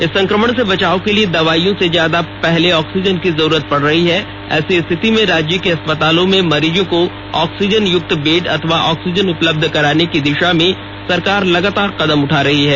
इस संक्रमण से बचाव के लिए दवाइयों से ज्यादा पहले ऑक्सीजन की जरूरत पड़ रही है ऐसी स्थिति में राज्य के अस्पतालों में मरीजों को ऑक्सीजन युक्त बेड अथवा ऑक्सीजन उपलब्ध कराने की दिशा में सरकार लगातार कदम उठा रही है